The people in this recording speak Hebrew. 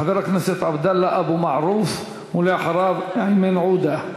חבר הכנסת עבדאללה אבו מערוף, ואחריו, איימן עודה,